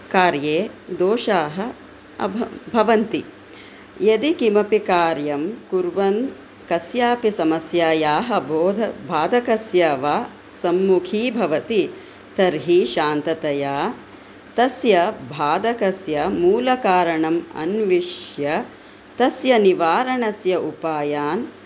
कार्ये दोषाः भवन्ति यदि किमपि कार्यं कुर्वन् तस्यापि समस्यायाः बाधकस्य वा सम्मुखीभवति तर्हि शान्ततया तस्य बाधकस्य मूलकारणम् अन्विष्य तस्य निवारणस्य उपायान्